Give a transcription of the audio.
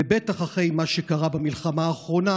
ובטח אחרי מה שקרה במלחמה האחרונה,